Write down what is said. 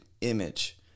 image